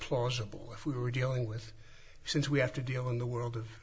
plausible if we were dealing with since we have to deal in the world